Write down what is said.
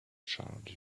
charge